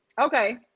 okay